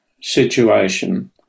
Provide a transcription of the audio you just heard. situation